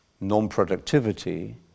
non-productivity